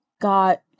got